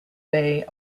bay